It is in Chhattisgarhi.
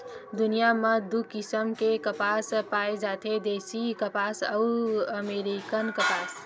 दुनिया म दू किसम के कपसा पाए जाथे देसी कपसा अउ अमेरिकन कपसा